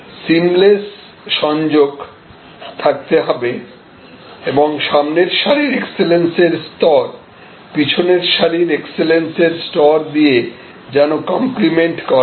seamless সংযোগ থাকতে হবে এবং সামনের সারির এক্সেলেন্স এর স্তর পিছনের সারির এক্সেলেন্স এর স্তর দিয়ে যেন কমপ্লিমেন্ট করা হয়